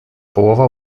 połowa